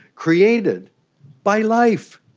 created by life.